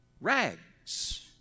rags